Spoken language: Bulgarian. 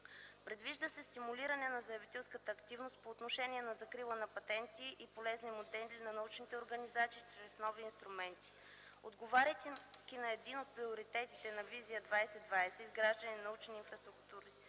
Предвижда се стимулиране на заявителската активност по отношение на закрила на патенти и полезни модели на научните организации чрез нови инструменти. Отговаряйки на един от приоритетите на Визия 2020 „Изграждане на научни инфраструктури